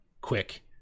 quick